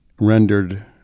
rendered